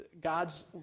God's